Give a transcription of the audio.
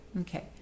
Okay